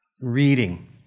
reading